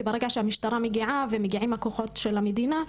כי ברגע שהמשטרה מגיעה ומגיעים הכוחות של המדינה,